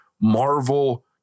Marvel